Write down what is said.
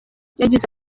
yagize